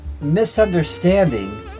misunderstanding